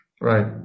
Right